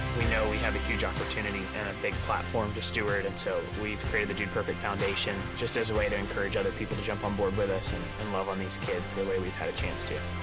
we know we have a huge opportunity and a big platform to steward, and so we've created the dude perfect foundation just as a way to encourage other people to jump on board with us and and love on these kids they way we've had a chance to.